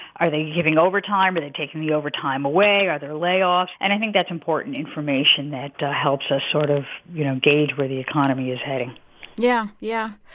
are they giving overtime? are they taking the overtime away? are there layoffs? and i think that's important information that helps us sort of, you know, gauge where the economy is heading yeah, yeah.